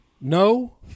No